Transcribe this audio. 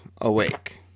awake